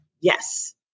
yes